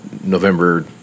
November